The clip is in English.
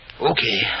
Okay